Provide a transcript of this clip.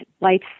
life